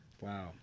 wow